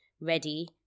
ready